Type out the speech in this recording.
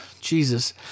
Jesus